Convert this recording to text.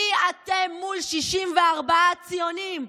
מי אתם מול 64 ציונים,